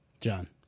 John